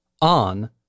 on